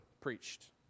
preached